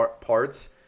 parts